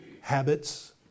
habits